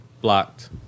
blocked